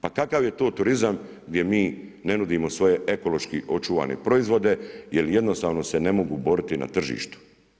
Pa kakav je to turizam gdje mi ne nudimo svoje ekološki očuvane proizvode jer jednostavno se ne mogu boriti na tržištu?